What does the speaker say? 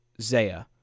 Zaya